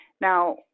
now